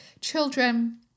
children